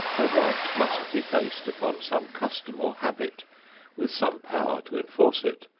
a right must be based upon some custom or habit with some power to enforce it,